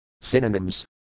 Synonyms